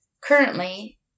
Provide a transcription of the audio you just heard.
currently